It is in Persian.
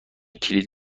کلید